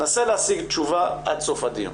נסה להשיג תשובה עד סוף הדיון.